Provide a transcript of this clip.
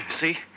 See